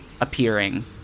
appearing